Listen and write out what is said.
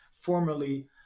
formerly